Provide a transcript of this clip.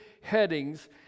headings